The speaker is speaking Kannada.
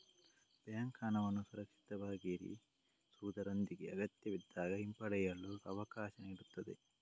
ಬ್ಯಾಂಕ್ ಹಣವನ್ನು ಸುರಕ್ಷಿತವಾಗಿರಿಸುವುದರೊಂದಿಗೆ ಅಗತ್ಯವಿದ್ದಾಗ ಹಿಂಪಡೆಯಲು ಅವಕಾಶ ನೀಡುತ್ತದೆ